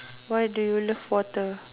why do you love water